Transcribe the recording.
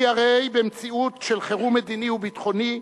כי הרי במציאות של חירום מדיני וביטחוני,